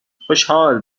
خوشحال